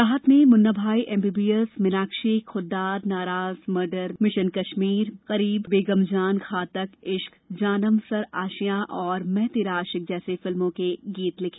राहत ने Munna Bhai MBBS Meenakshi Khuddar Naraaz murder mission Kashmir Kareeb Begum Jaan Ghatak Ishq Janam sir Aashiyan और मैं तेरा आशिक जैसी फिल्मों में गीत लिखे